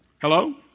Hello